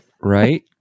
Right